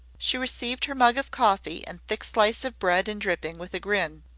she received her mug of coffee and thick slice of bread and dripping with a grin,